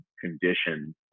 condition